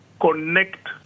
Connect